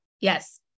Yes